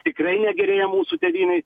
tikrai negerėja mūsų tėvynėj